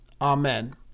Amen